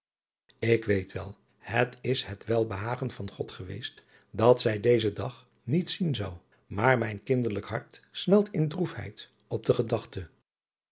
ik weet wel het is het welbehagen van god geweest dat zij dezen dag niet zien zou maar mijn kinderlijk hart smelt in droefheid op de gedachte